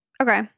Okay